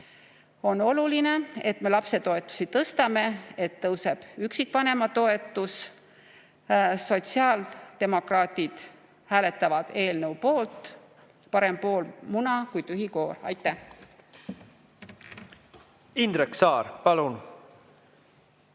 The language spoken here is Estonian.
On oluline, et me lapsetoetusi tõstame ja et tõuseb üksikvanema toetus. Sotsiaaldemokraadid hääletavad eelnõu poolt. Parem pool muna kui tühi koor. Aitäh! Indrek Saar, palun!